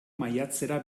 maiatzera